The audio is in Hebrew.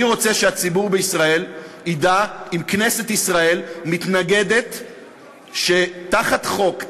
אני רוצה שהציבור בישראל ידע אם כנסת ישראל מתנגדת שתחת חוק,